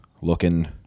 looking